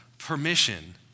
permission